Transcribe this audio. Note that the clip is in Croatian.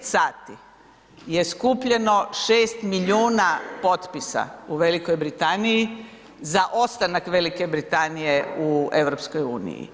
U 70 sati je skupljeno 6 milijuna potpisa u Velikoj Britaniji za ostanak Velike Britanije u EU.